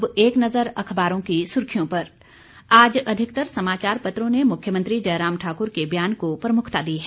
अब एक नजर अखबारों की सुर्खियों पर आज अधिकतर समाचार पत्रों ने मुख्यमंत्री जयराम ठाकुर के बयान को प्रमुखता दी है